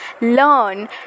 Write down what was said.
learn